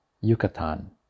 Yucatan